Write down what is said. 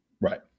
right